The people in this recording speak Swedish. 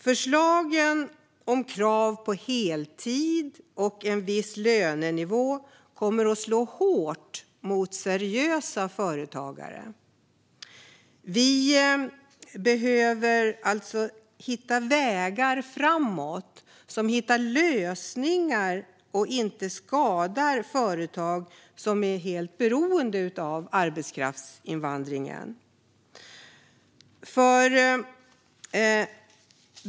Förslagen om krav på heltid och en viss lönenivå kommer att slå hårt mot seriösa företagare. Vi behöver hitta vägar framåt för att finna lösningar som inte skadar företag som är helt beroende av arbetskraftsinvandringen.